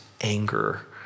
anger